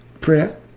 prayer